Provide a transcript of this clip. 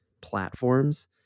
platforms